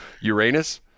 Uranus